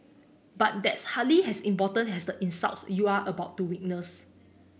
but that's hardly as important as the insults you are about to witness